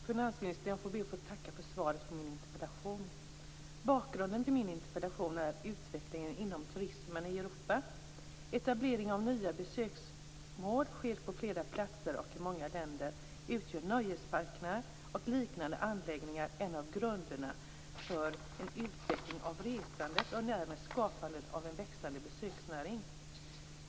Fru talman! Jag ber att få tacka finansministern för svaret på min interpellation. Bakgrunden till min interpellation är utvecklingen inom turismen i Europa. Det sker en etablering av nya besöksmål på många platser i olika länder. Nöjesparker och liknande anläggningar utgör en av grunderna för en utveckling av resandet och därmed skapandet av en växande besöksnäring.